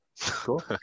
Cool